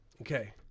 Okay